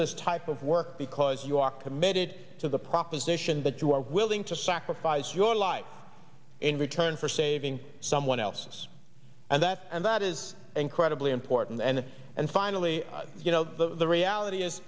this type of work because you are committed to the proposition that you are willing to sacrifice your life in return for saving someone else and that and that is incredibly important and and finally you know the reality is